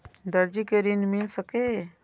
दर्जी कै ऋण मिल सके ये?